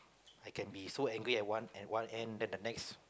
I can be so angry at one at one end then the next